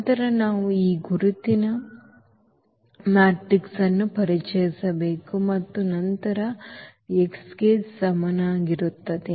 ನಂತರ ನಾವು ಈ ಗುರುತಿನ ಮ್ಯಾಟ್ರಿಕ್ಸ್ ಅನ್ನು ಪರಿಚಯಿಸಬೇಕು ಮತ್ತು ನಂತರ x 0 ಕ್ಕೆ ಸಮನಾಗಿರುತ್ತದೆ